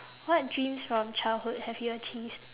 what dreams from childhood have you achieved